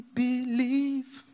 believe